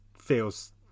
feels